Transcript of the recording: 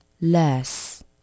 less